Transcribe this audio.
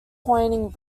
pointing